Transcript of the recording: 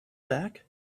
back